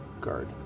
Guard